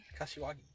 Kashiwagi